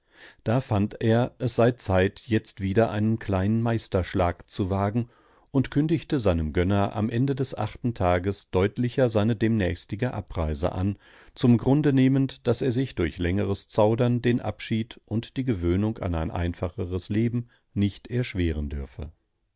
da fand er es sei zeit jetzt wieder einen kleinen meisterschlag zu wagen und kündigte seinem gönner am ende des achten tages deutlicher seine demnächstige abreise an zum grunde nehmend daß er durch längeres zaudern den abschied und die gewöhnung an ein einfacheres leben nicht erschweren dürfe